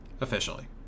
Officially